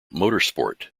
motorsport